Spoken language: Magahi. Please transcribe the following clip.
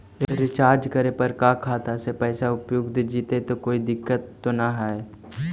रीचार्ज करे पर का खाता से पैसा उपयुक्त जितै तो कोई दिक्कत तो ना है?